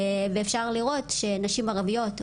אפשר לראות שנשים ערביות,